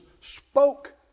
spoke